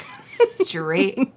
straight